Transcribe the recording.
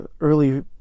early